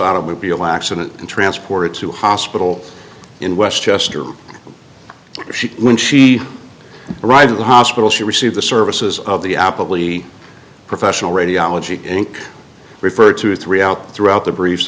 automobile accident and transported to hospital in westchester she when she arrived at the hospital she received the services of the apple the professional radiology inc refer to three out throughout the br